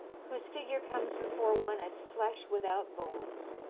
whose figure comes before one as flesh without bones,